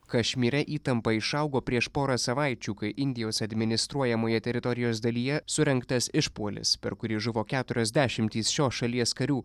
kašmyre įtampa išaugo prieš porą savaičių kai indijos administruojamoje teritorijos dalyje surengtas išpuolis per kurį žuvo keturios dešimtys šios šalies karių